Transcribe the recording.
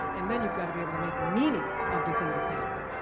and then, you've got to be able to make meaning of the thing that's happening.